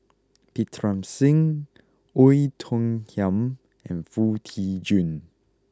Pritam Singh Oei Tiong Ham and Foo Tee Jun